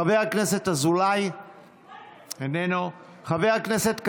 חבר הכנסת אזולאי, איננו, חבר הכנסת כסיף?